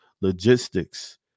logistics